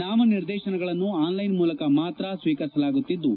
ನಾಮನಿರ್ದೇಶನಗಳನ್ನು online ಮೂಲಕ ಮಾತ್ರ ಸ್ವೀಕರಿಸಲಾಗುತ್ತಿದ್ದು